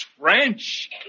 French